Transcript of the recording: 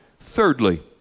Thirdly